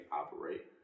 operate